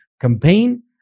Campaign